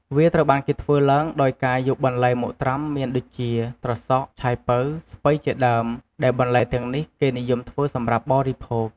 វាត្រូវបានគេធ្វើឡើងដោយការយកបន្លែមកត្រាំមានដូចជា ត្រសក់ ឆៃប៉ូវ ស្ពៃជាដេីម ដែលបន្លែទាំងនេះគេនិយមធ្វេីសម្រាប់បរិភោគ។